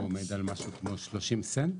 הוא עומד על משהו כמו 30 סנט